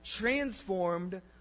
transformed